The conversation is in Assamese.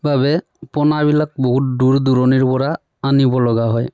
বাবে পোনাবিলাক বহুত দূৰ দূৰণিৰ পৰা আনিব লগা হয়